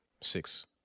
six